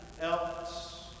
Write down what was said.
else